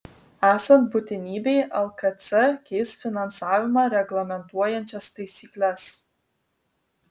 esant būtinybei lkc keis finansavimą reglamentuojančias taisykles